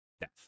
Death